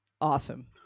awesome